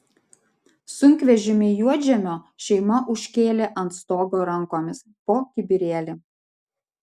sunkvežimį juodžemio šeima užkėlė ant stogo rankomis po kibirėlį